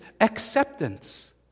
acceptance